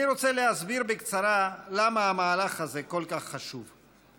אני רוצה להסביר בקצרה למה המהלך הזה כל כך חשוב.